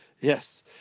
Yes